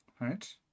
Right